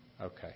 Okay